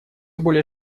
более